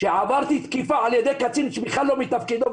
שעברתי תקיפה על ידי קצין שבכלל לא מתפקידו,